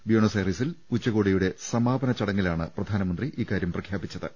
Buenos ഐറിസിൽ ഉച്ചകോടിയുടെ സമാപന ചടങ്ങിലാണ് പ്രധാനമന്ത്രി ഇക്കാര്യം പ്രഖ്യാപിച്ചത്